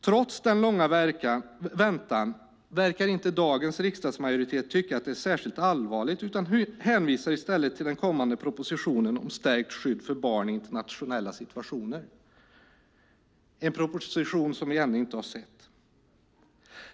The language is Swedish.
Trots den långa väntan verkar inte dagens riksdagsmajoritet tycka att detta är särskilt allvarligt utan hänvisar i stället till den kommande propositionen om stärkt skydd för barn i internationella situationer - en proposition vi ännu inte har sett.